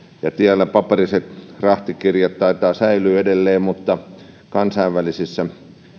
ja tiellä paperiset rahtikirjat taitavat säilyä edelleen mutta kansainvälisissä